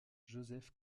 joseph